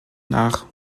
nach